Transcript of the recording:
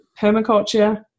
permaculture